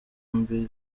mbere